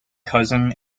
cousin